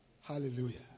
Hallelujah